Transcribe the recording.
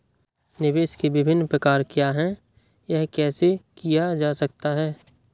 निवेश के विभिन्न प्रकार क्या हैं यह कैसे किया जा सकता है?